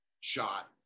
shot